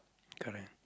correct